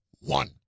One